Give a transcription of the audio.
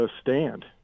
stand